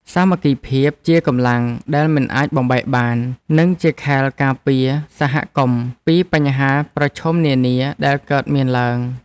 សាមគ្គីភាពជាកម្លាំងដែលមិនអាចបំបែកបាន និងជាខែលការពារសហគមន៍ពីបញ្ហាប្រឈមនានាដែលកើតមានឡើង។